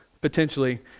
potentially